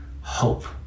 hope